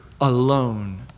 alone